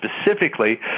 specifically